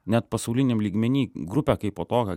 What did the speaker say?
net pasauliniam lygmeny grupę kaipo tokią